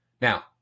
Now